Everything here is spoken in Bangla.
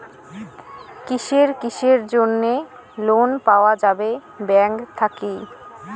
কিসের কিসের জন্যে লোন পাওয়া যাবে ব্যাংক থাকি?